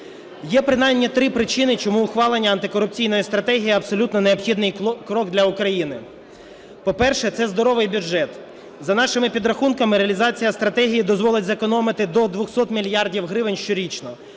Є принаймні три причини, чому ухвалення антикорупційної стратегії – абсолютно необхідний крок для України. По-перше, це "здоровий" бюджет. За нашими підрахунками, реалізація стратегії дозволить зекономити до 200 мільярдів гривень щорічно.